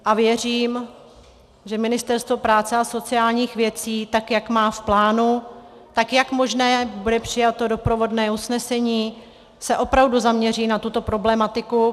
A věřím, že Ministerstvo práce a sociálních věcí, tak jak má v plánu, tak jak možné bude přijato doprovodné usnesení, se opravdu zaměří na tuto problematiku.